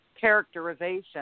characterization